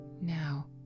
now